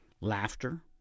laughter